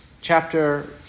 Chapter